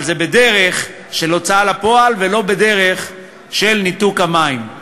אבל זה בדרך של הוצאה לפועל ולא בדרך של ניתוק המים.